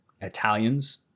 italians